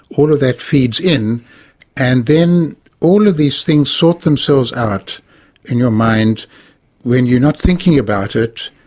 all of that feeds in and then all of these things sort themselves out in your mind when you're not thinking about it,